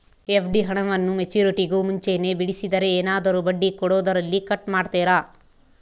FD ಹಣವನ್ನು ಮೆಚ್ಯೂರಿಟಿಗೂ ಮುಂಚೆನೇ ಬಿಡಿಸಿದರೆ ಏನಾದರೂ ಬಡ್ಡಿ ಕೊಡೋದರಲ್ಲಿ ಕಟ್ ಮಾಡ್ತೇರಾ?